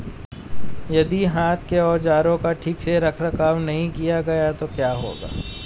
यदि हाथ के औजारों का ठीक से रखरखाव नहीं किया गया तो क्या होगा?